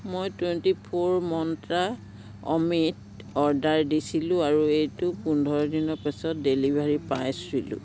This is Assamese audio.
মই টুৱেণ্টি ফ'ৰ মন্ত্ৰা অমিত অৰ্ডাৰ দিছিলোঁ আৰু এইটো পোন্ধৰ দিনৰ পাছত ডেলিভাৰী পাইছিলোঁ